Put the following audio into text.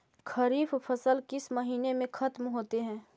खरिफ फसल किस महीने में ख़त्म होते हैं?